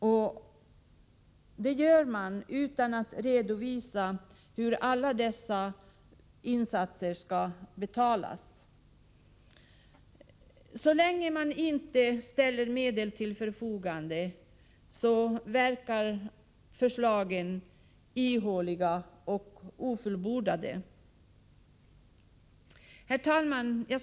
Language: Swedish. Man kommer med sådana krav utan att samtidigt redovisa hur alla insatser på detta område skall betalas. Men så länge man inte kan redovisa hur medel kan ställas till förfogande, framstår förslagen som ihåliga och ofullbordade. Herr talman!